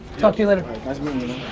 talk to you later. nice meeting you